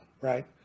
right